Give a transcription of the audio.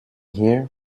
here